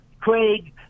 Craig